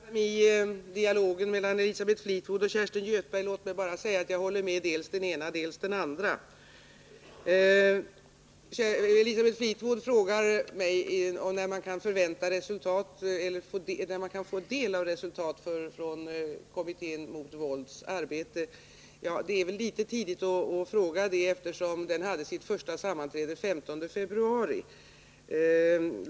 Herr talman! Jag skall inte blanda mig i dialogen mellan Elisabeth Fleetwood och Kerstin Göthberg. Låt mig bara säga att jag håller med dels den ena, dels den andra. Elisabeth Fleetwood frågar mig när man kan få del av resultat från arbetet i kommittén mot våldet i skolan. Det är väl litet tidigt att fråga det, eftersom kommittén hade sitt första sammanträde den 15 februari.